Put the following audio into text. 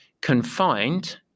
confined